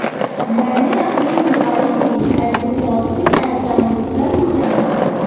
मैंने अपने मोबाइल में एग्रोफॉसट्री ऐप डाउनलोड कर लिया है